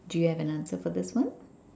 do you have an answer for this one